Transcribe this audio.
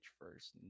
first